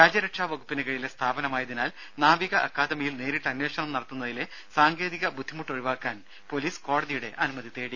രാജ്യരക്ഷാ വകുപ്പിനുകീഴിലെ സ്ഥാപനമായതിനാൽ നാവിക അക്കാദമിയിൽ നേരിട്ട് അന്വേഷണം നടത്തുന്നതിലെ സാങ്കേതിക ബുദ്ധിമുട്ടൊഴിവാക്കാൻ പൊലീസ് കോടതിയുടെ അനുമതി തേടി